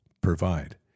provide